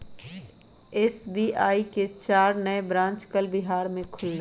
SBI के चार नए ब्रांच कल बिहार में खुलय